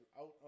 out